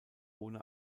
ohne